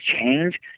change